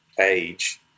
age